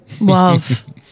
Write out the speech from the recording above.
love